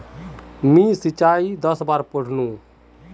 मी सिंचाई दक्षतार बारे पढ़नु